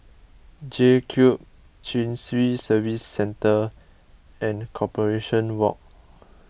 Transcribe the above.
J Cube Chin Swee Service Centre and Corporation Walk